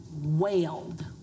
wailed